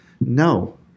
No